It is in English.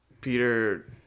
Peter